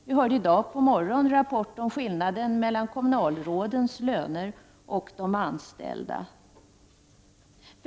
Vi hörde i dag på morgonen rapport om skillnaden mellan kommunalrådens löner och de anställdas.